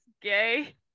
gay